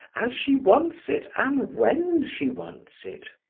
as she wants it, and when she wants it!